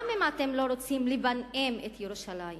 גם אם אתם לא רוצים לבנאם את ירושלים